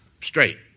straight